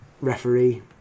referee